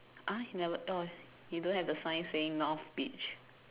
uh you never oh you don't have the sign saying north beach